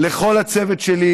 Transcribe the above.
לכל הצוות שלי,